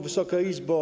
Wysoka Izbo!